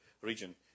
region